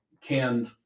canned